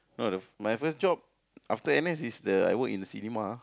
no the my first job after N_S is the I work in cinema